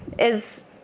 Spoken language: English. is